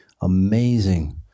amazing